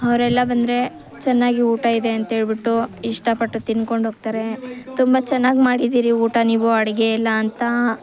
ಅವರೆಲ್ಲ ಬಂದರೆ ಚೆನ್ನಾಗಿ ಊಟ ಇದೆ ಅಂಥೇಳ್ಬಿಟ್ಟು ಇಷ್ಟಪಟ್ಟು ತಿಂದ್ಕೊಂಡೋಗ್ತಾರೆ ತುಂಬ ಚೆನ್ನಾಗಿ ಮಾಡಿದ್ದೀರಿ ಊಟ ನೀವು ಅಡುಗೆಯೆಲ್ಲ ಅಂತ